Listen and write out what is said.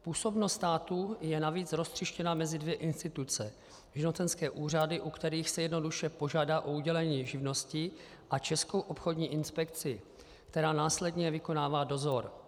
Působnost státu je navíc roztříštěna mezi dvě instituce živnostenské úřady, u kterých se jednoduše požádá o udělení živnosti, a Českou obchodní inspekci, která následně vykonává dozor.